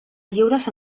lliures